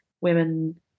women